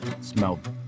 smelled